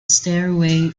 stairway